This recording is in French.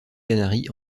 canaries